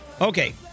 Okay